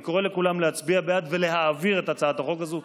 אני קורא לכולם להצביע בעד ולהעביר את הצעת החוק הזאת.